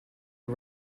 you